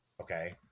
Okay